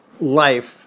life